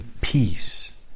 peace